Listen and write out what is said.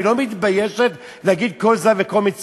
היא לא מתביישת להגיד "כל זב ומצורע"?